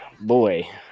boy